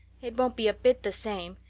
it won't be a bit the same.